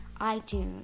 iTunes